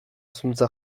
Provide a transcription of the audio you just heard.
zuntza